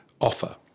offer